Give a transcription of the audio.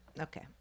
Okay